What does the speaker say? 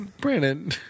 Brandon